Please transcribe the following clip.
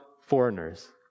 foreigners